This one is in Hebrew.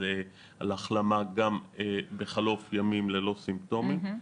החלמה גם בחלוף ימים ללא סימפטומים.